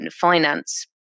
finance